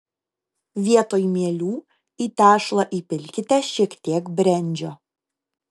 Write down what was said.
vietoj mielių į tešlą įpilkite šiek tiek brendžio